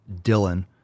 Dylan